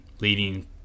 leading